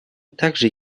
также